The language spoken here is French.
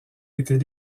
était